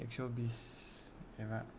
एकस' बिस एबा